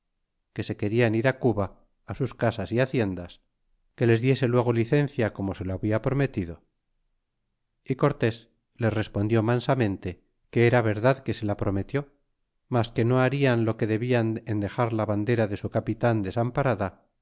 que se querian ir cuba sus casas y haciendas que les diese luego licencia como se lo habia prometido y cortés les respondió mansamente que era verdad que se la prometió mas que no bailan lo que debian en dexar la bandera de su capitan desamparada